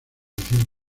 edición